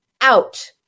out